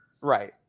Right